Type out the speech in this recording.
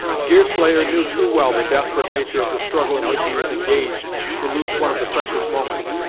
deerslayer knew too well the desperate nature of the struggle in which he was engaged to lose one of the precious moments.